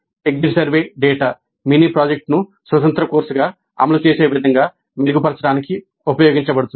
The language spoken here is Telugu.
exit survey data mini project నూ స్వతంత్ర కోర్సుగా అమలు చేసే విధంగా మెరుగుపరచడానికి ఉపయోగించబడుతుంది